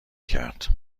کرد